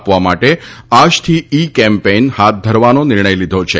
આપવા માટે આજથી ઈ કેમ્પેઈન હાથ ધરવાનો નિર્ણય લીધો છે